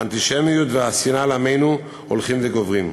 האנטישמיות והשנאה לעמנו הולכות וגוברות,